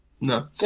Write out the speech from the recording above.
No